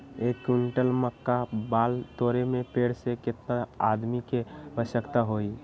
एक क्विंटल मक्का बाल तोरे में पेड़ से केतना आदमी के आवश्कता होई?